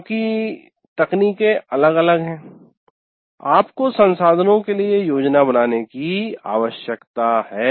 क्योंकि तकनीके अलग अलग है आपको संसाधनों के लिए योजना बनाने की आवश्यकता है